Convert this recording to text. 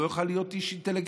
הוא לא יוכל להיות איש אינטליגנט.